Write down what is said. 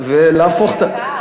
ולהפוך, זה יקר.